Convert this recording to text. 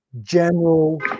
general